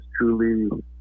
truly